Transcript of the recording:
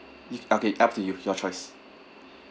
if okay up to you your choice